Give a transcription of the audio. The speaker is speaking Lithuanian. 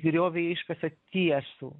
griovį iškasa tiesų